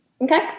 Okay